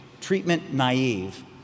treatment-naive